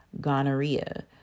Gonorrhea